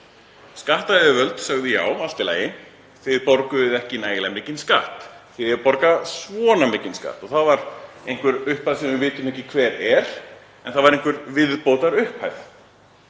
Skattyfirvöld sögðu: Já, allt í lagi, þið borguðuð ekki nægilega mikinn skatt, þið eigið að borga svona mikinn skatt. Það var einhver upphæð sem við vitum ekki hver er en það var einhver viðbótarupphæð.